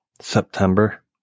September